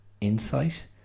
insight